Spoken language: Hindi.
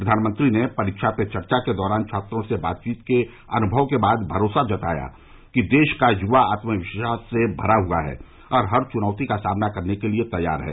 प्रधानमंत्री ने परीक्षा पे चर्चा के दौरान छात्रों से बातचीत के अनुभव के बाद भरोसा जताया कि देश का युवा आत्मविश्वास से भरा हुआ है और हर चुनौती का सामना करने के लिए तैयार है